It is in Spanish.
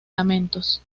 amentos